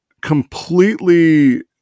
completely